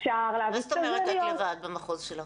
מה זאת אומרת את לבד במחוז שלך?